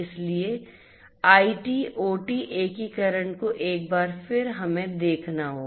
इसलिए IT OT एकीकरण को एक बार फिर हमें देखना होगा